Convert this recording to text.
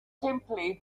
simply